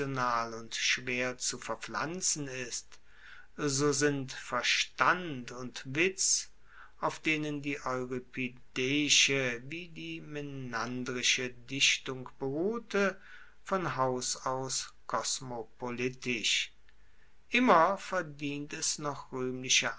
und schwer zu verpflanzen ist so sind verstand und witz auf denen die euripideische wie die menandrische dichtung beruhte von haus aus kosmopolitisch immer verdient es noch